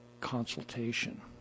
consultation